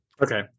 Okay